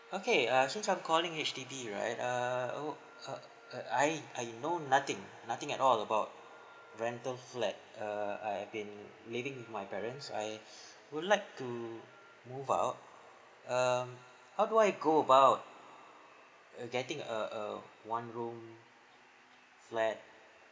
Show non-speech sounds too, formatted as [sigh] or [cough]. okay uh since I'm calling H_D_B right err wo~ uh uh I I know nothing nothing at all about rental flat err I have been living with my parents I [breath] would like to move out um how do I go about uh getting a a one room flat